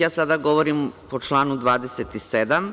Sada govorim po članu 27.